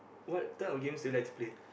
what type of games do you like to play